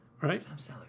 Right